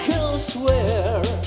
elsewhere